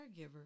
caregiver